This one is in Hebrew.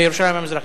בירושלים המזרחית.